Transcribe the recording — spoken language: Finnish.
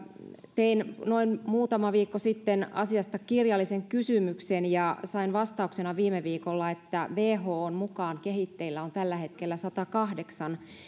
tein noin muutama viikko sitten asiasta kirjallisen kysymyksen ja sain vastauksena viime viikolla että whon mukaan kehitteillä on tällä hetkellä satakahdeksan